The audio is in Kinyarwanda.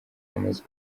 amaze